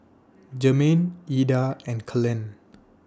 Germaine Eda and Kellan